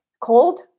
Cold